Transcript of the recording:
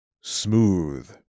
smooth